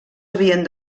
havien